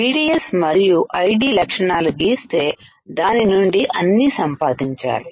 VDS మరియు యుI ID లక్షణాలు గీసీ దాని నుండి అన్ని సంపాదించాలి